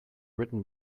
written